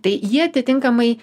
tai jie atitinkamai